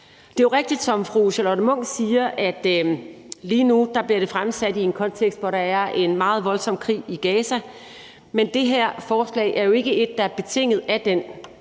Det er jp rigtigt, som fru Charlotte Munch siger, at lige nu bliver det fremsat i en kontekst, hvor der er en meget voldsom krig i Gaza, men det her forslag er jo ikke et, der er betinget af den